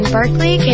Berkeley